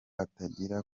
atangira